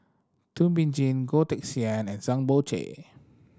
Thum Ping Tjin Goh Teck Sian and Zhang Bohe